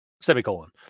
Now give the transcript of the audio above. semicolon